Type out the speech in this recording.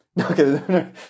Okay